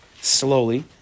slowly